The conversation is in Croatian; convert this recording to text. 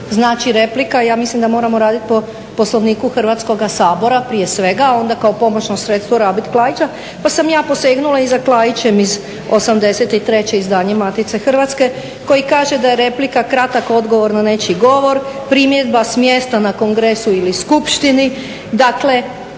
znači replika. Ja mislim da moramo raditi po Poslovniku Hrvatskoga sabora prije svega, a onda kao pomoćno sredstvo rabiti Klaića, pa sam ja posegnula i za Klaićem iz '83.izdanje Matice Hrvatske koji kaže da je "replika kratak odgovor na nečiji govor, primjedba s mjesta na kongresu ili skupštini". Dakle